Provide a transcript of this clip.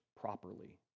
properly